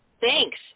Thanks